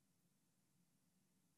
ביממה בממוצע, בין